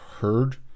heard